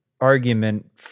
argument